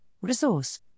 resource